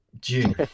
June